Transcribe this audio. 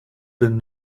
been